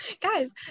guys